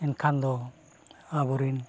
ᱢᱮᱱᱠᱷᱟᱱ ᱫᱚ ᱟᱵᱚᱨᱤᱱ